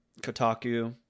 Kotaku